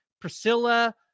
Priscilla